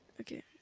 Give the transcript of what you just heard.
Okay